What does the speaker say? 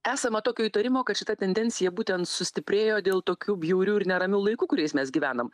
esama tokio įtarimo kad šita tendencija būtent sustiprėjo dėl tokių bjaurių ir neramių laikų kuriais mes gyvenam